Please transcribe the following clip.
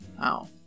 Wow